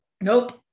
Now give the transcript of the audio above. Nope